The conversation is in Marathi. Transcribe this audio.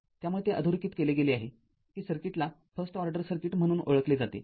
त्यामुळे ते अधोरेखित केले गेले आहे कि सर्किट्सला फर्स्ट ऑर्डर सर्किट म्हणून ओळखले जाते